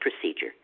procedure